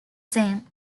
same